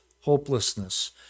hopelessness